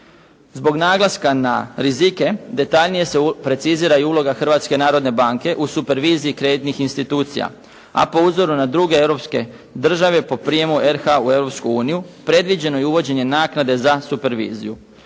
Zbog naglaske na rizike detaljnije se precizira i uloga Hrvatske narodne banke u superviziji kreditnih institucija, a po uzoru na druge europske države po prijemu RH u Europsku uniju predviđeno je uvođenje naknade za superviziju.